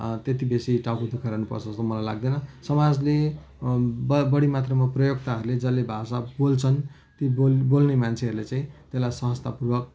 त्यति बेसी टाउको दुःखाइरहनु पर्छ जस्तो मलाई लाग्दैन समाजले ब बढी मात्रमा प्रयोगताहरूले जसले भाषा बोल्छन् ती बोल बोल्ने मान्छेहरूले चाहिँ त्यसलाई सहजतापूर्वक